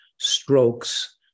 strokes